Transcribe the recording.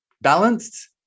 balanced